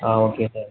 ah okay sir